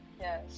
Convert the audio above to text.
Yes